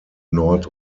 nord